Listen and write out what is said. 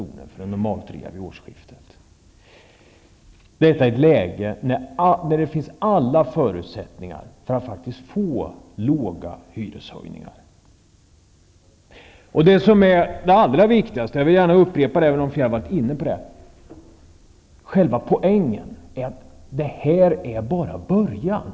per månad för en normaltrea, detta i ett läge då det finns alla förutsättningar att åstadkomma låga hyreshöjningar. Det som är allra viktigast och själva poängen, vilket jag vill upprepa, är att detta är bara början.